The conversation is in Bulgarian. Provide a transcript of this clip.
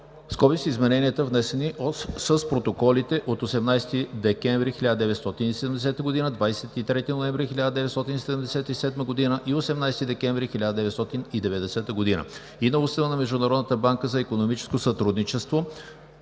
г. (с измененията, внесени с протоколите от 18 декември 1970 г., 23 ноември 1977 г. и 18 декември 1990 г.) и на Устава на Международната банка за икономическо сътрудничество